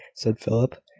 said philip,